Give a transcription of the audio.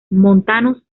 montanos